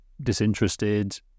disinterested